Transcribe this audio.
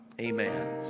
Amen